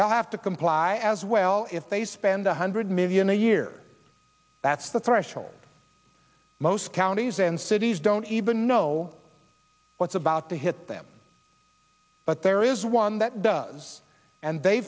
that have to comply as well if they spend a hundred million a year that's the threshold most counties and cities don't even know what's about to hit them but there is one that does and they